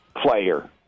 player